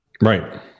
Right